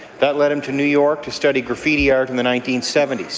that led him to new york to study graffiti art in the nineteen seventy s.